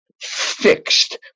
fixed